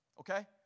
Okay